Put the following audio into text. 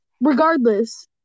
Regardless